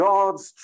God's